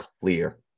clear